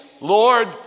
Lord